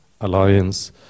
alliance